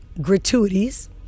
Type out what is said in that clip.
gratuities